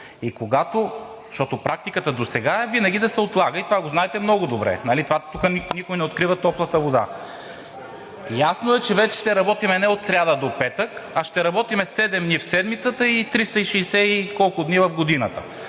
отговор, защото практиката досега е винаги да се отлага и това го знаете много добре, тук никой не открива топлата вода. Ясно е, че вече ще работим не от сряда до петък, а ще работим седем дни в седмицата и 360 и колко дни в годината.